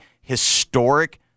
historic